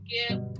Give